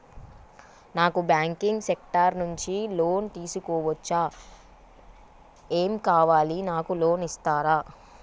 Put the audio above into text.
నాకు banking sector నుంచి loan తీసుకోవచ్చా? ఏమేం కావాలి? నాకు లోన్ ఇస్తారా?